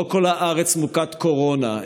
לא כל הארץ מוכת קורונה.